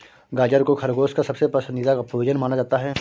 गाजर को खरगोश का सबसे पसन्दीदा भोजन माना जाता है